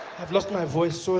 i've lost my voice, sorry.